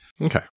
Okay